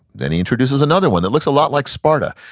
then he introduces another one that looks a lot like sparta.